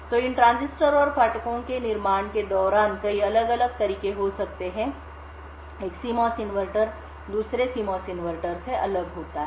तो इन ट्रांजिस्टर और फाटकों के निर्माण के दौरान कि कई अलग अलग तरीके हो सकते हैं एक CMOS इन्वर्टर दूसरे CMOS इन्वर्टर से अलग होता है